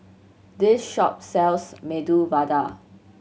this shop sells Medu Vada